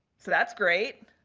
so, that's great.